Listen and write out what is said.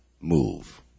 move